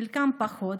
חלקם פחות,